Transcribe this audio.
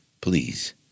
Please